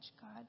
God